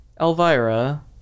Elvira